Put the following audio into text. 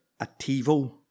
Ativo